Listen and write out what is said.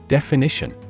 Definition